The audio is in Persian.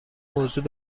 موضوع